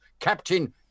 Captain